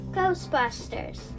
Ghostbusters